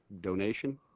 donation